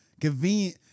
Convenient